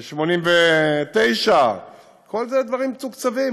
89 כל זה דברים מתוקצבים,